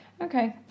okay